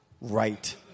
right